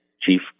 Chief